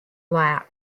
lap